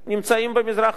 נמצאים במזרח העיר.